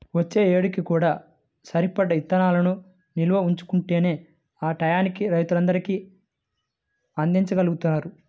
వచ్చే ఏడుకి కూడా సరిపడా ఇత్తనాలను నిల్వ ఉంచుకుంటేనే ఆ టైయ్యానికి రైతులందరికీ అందిచ్చగలుగుతారు